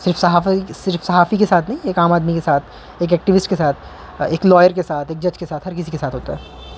صرف صحاف صرف صحافی کے ساتھ نہیں ایک عام آدمی کے ساتھ ایکٹیوسٹ کے ساتھ ایک لائر کے ساتھ ایک جج کے ساتھ ہر کسی کے ساتھ ہوتا ہے